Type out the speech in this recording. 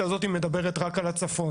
שלנו?